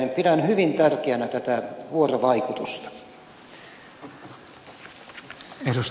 pidän hyvin tärkeänä tätä vuorovaikutusta